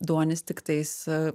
duonis tiktais